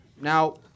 Now